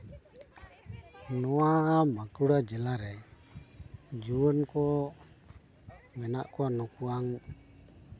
ᱱᱚᱣᱟ ᱵᱟᱸᱠᱩᱲᱟ ᱡᱮᱞᱟᱨᱮ ᱡᱩᱣᱟᱹᱱ ᱠᱚ ᱢᱮᱱᱟᱜ ᱠᱚᱣᱟ ᱱᱩᱠᱩᱣᱟᱝ